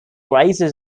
rises